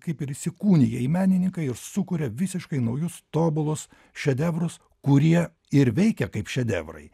kaip ir įsikūnija į menininką ir sukuria visiškai naujus tobulus šedevrus kurie ir veikia kaip šedevrai